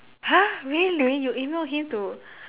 !huh! really you email him to